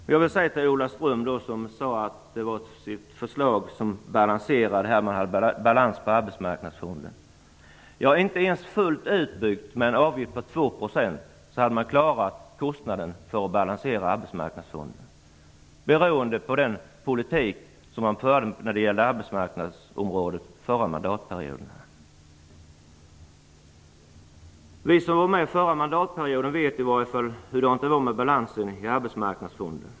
Ola Ström sade att det var ett förslag som balanserade Arbetsmarknadsfonden. Inte ens fullt utbyggt med en avgift på 2 % hade man klarat kostnaden för att balansera Arbetsmarknadsfonden, beroende på den politik som fördes på arbetsmarknadsområdet under förra mandatperioden. I varje fall ni som var med under förra mandatperioden vet hur det var med balansen i Arbetsmarknadsfonden.